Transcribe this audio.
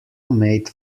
made